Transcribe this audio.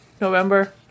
November